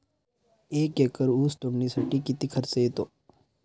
एक एकर ऊस तोडणीसाठी किती खर्च येतो?